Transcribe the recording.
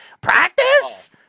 practice